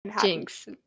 jinx